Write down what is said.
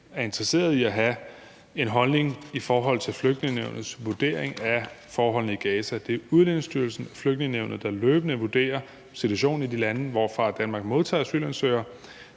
er interesseret i at have en holdning i forhold til Flygtningenævnets vurdering af forholdene i Gaza. Det er Udlændingestyrelsen og Flygtningenævnet, der løbende vurderer situationen i de lande, hvorfra Danmark modtager asylansøgere